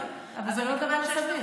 אבל זה לא דבר אפשרי.